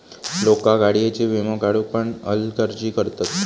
लोका गाडीयेचो वीमो काढुक पण हलगर्जी करतत